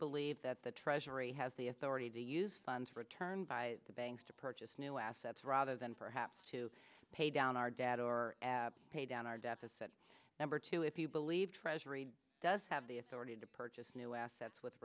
believe that the treasury has the authority to use funds for a term by the banks to purchase new assets rather than perhaps to pay down our dad or pay down our deficit number two if you believe treasury does have the authority to purchase new assets with